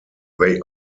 they